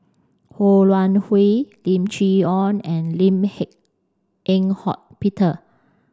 Ho Wan Hui Lim Chee Onn and Lim Eng Hock Peter